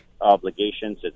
obligations